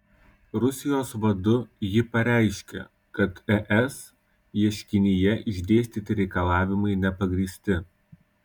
rusijos vadu ji pareiškė kad es ieškinyje išdėstyti reikalavimai nepagrįsti